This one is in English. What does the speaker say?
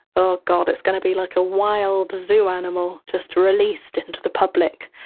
oh, god. it's gonna be like a wild zoo animal just released into the public.